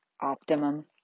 optimum